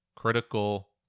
critical